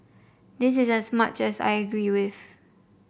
this is as much as I agree with